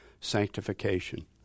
sanctification